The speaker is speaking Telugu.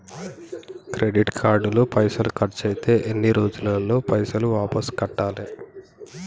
క్రెడిట్ కార్డు లో పైసల్ ఖర్చయితే ఎన్ని రోజులల్ల పైసల్ వాపస్ కట్టాలే?